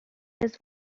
his